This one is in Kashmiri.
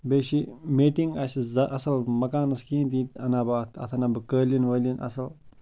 بیٚیہِ چھِ میٹِنٛگ اَسہِ زانٛہہ اَصٕل مَکانَس کِہیٖنۍ تہِ یہِ تہِ اَنہٕ ہا بہٕ اَتھ اَتھ اَنہٕ ہا بہٕ قٲلیٖن وٲلیٖن اَصٕل